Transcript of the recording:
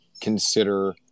consider